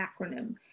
acronym